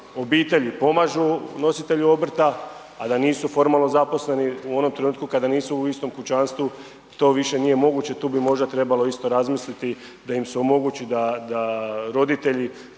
obitelji pomažu nositelju obrta a da nisu formalno zaposleni u onom trenutku kada nisu u istom kućanstvu, to više nije moguće, tu bi možda isto trebalo razmisliti da im se omogući da roditelji